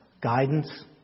guidance